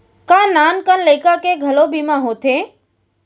का नान कन लइका के घलो बीमा होथे?